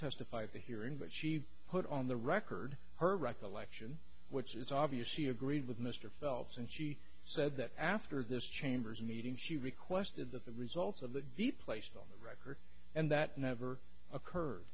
testify at the hearing but she put on the record her recollection which it's obvious she agreed with mr phelps and she said that after this chambers meeting she requested that the results of that be placed on her and that never occurred